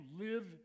live